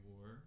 War